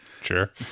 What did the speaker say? Sure